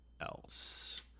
else